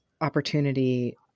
opportunity